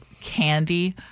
candy